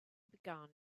begun